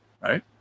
right